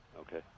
Okay